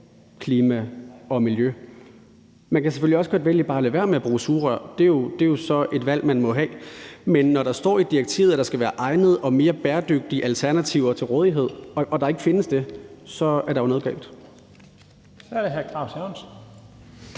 klima og miljø? Man kan selvfølgelig også godt vælge bare at lade være med at bruge sugerør. Det er jo så et valg, man må træffe. Men når der står i direktivet, at der skal være egnede og mere bæredygtige alternativer til rådighed, og der ikke findes det, er der jo noget